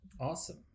Awesome